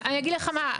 אני אגיד לך מה,